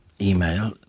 email